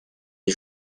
les